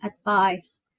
advice